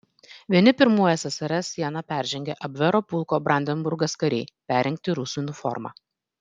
vieni pirmųjų ssrs sieną peržengė abvero pulko brandenburgas kariai perrengti rusų uniforma